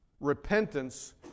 Repentance